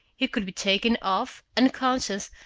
he could be taken off, unconscious,